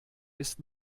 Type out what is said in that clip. ist